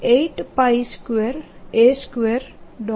Energy storedlength0a082a4r2